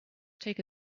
take